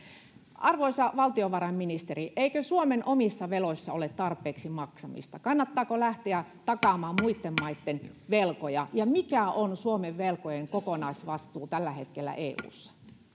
arvoisa valtiovarainministeri eikö suomen omissa veloissa ole tarpeeksi maksamista kannattaako lähteä takaamaan muitten maitten velkoja ja mikä on suomen velkojen kokonaisvastuu tällä hetkellä eussa